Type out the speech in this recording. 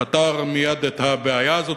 פתר מייד את הבעיה הזאת.